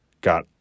got